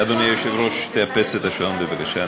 אדוני היושב-ראש, תאפס את השעון, בבקשה.